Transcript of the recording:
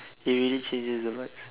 he really changes the vibes